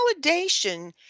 validation